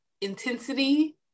intensity